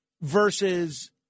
versus